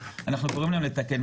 אבל אנחנו קוראים להם לתקן.